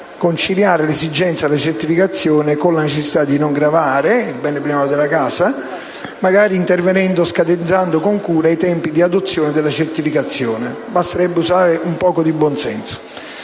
conciliare l'esigenza di certificazione con la necessità di non gravare il bene primario della casa, magari scadenzando con cura i tempi di adozione della certificazione. Basterebbe usare un po' di buonsenso.